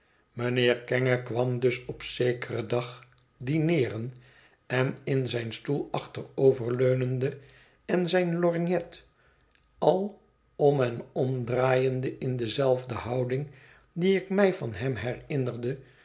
mijnheer kenge kwam dus op zekeren dag dineeren en in zijn stoel achteroverleunende en zijn lorgnet al om en omdraaiende in dezelfde houding die ik mij van hem herinnerde